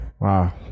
Wow